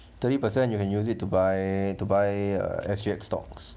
thirty percent you can use it to buy to buy S_G_X stocks